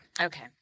Okay